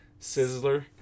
Sizzler